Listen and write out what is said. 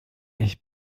ich